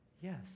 yes